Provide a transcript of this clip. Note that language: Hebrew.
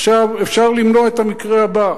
עכשיו אפשר למנוע את המקרה הבא,